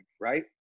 right